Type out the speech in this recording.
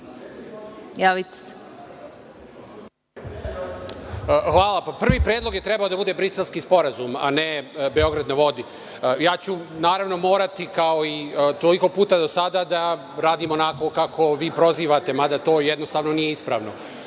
Hvala. Prvi predlog je trebao da bude Briselski sporazum, a ne „Beograd na vodi“. Ja ću morati kao i toliko puta do sada da radim onako kako vi prozivate, mada to nije ispravno.